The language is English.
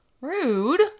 Rude